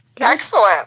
Excellent